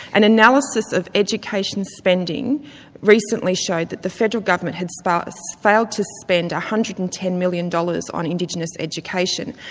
an analysis of education spending recently showed that the federal government had so ah so failed to spend one hundred and ten million dollars on indigenous education,